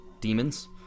demons